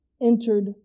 entered